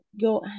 go